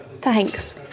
Thanks